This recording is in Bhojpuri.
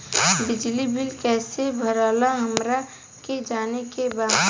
बिजली बिल कईसे भराला हमरा के जाने के बा?